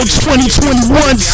2021